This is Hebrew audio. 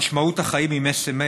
משמעות החיים עם SMA